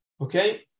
Okay